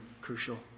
crucial